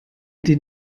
den